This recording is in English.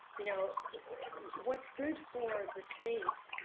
you know what's good for the state